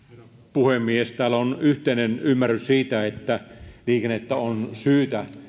puhemies täällä on yhteinen ymmärrys siitä että liikennettä on syytä